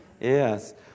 Yes